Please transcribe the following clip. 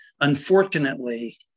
unfortunately